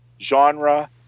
genre